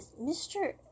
Mr